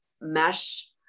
mesh